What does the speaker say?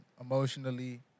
emotionally